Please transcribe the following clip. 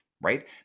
right